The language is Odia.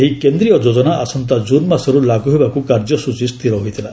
ଏହି କେନ୍ଦ୍ରୀୟ ଯୋଜନା ଆସନ୍ତା କ୍ରନ୍ ମାସର୍ ଲାଗୁ ହେବାକୁ କାର୍ଯ୍ୟସ୍ତଚୀ ସ୍ଥିର ହୋଇଥିଲା